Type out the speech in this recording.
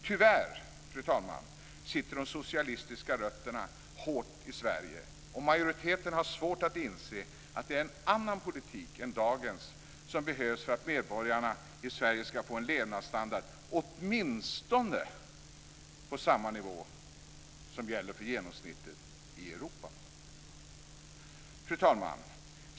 Tyvärr, fru talman, sitter de socialistiska rötterna hårt i Sverige, och majoriteten har svårt att inse att det är en annan politik än dagens som behövs för att medborgarna i Sverige ska få en levnadsstandard åtminstone på samma nivå som gäller för genomsnittet i Europa. Fru talman!